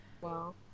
Wow